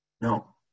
No